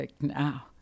now